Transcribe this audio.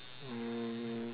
um